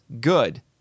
good